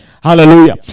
Hallelujah